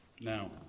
Now